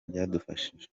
byadufashije